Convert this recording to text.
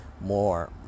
More